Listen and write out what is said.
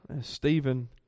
Stephen